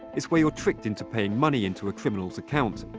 it's where you're tricked into paying money into a criminal's account.